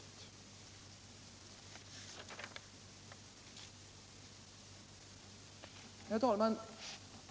Herr talman!